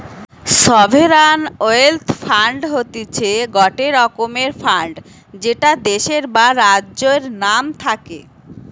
sovereign wealth fund হতিছে গটে রকমের ফান্ড যেটা দেশের বা রাজ্যের নাম থাকে